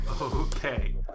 Okay